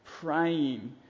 praying